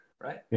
right